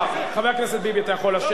חבר הכנסת ביבי, אתה יכול לשבת.